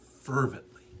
fervently